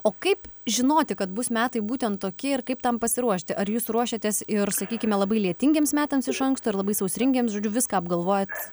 o kaip žinoti kad bus metai būtent tokie ir kaip tam pasiruošti ar jūs ruošėtės ir sakykime labai lietingiems metams iš anksto ir labai sausringiems žodžiu viską apgalvojat